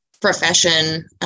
profession